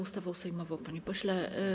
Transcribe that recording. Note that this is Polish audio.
Ustawą sejmową, panie pośle.